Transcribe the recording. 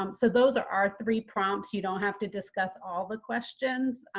um so those are our three prompts. you don't have to discuss all the questions.